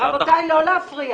רבותיי, לא להפריע.